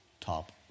top